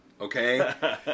Okay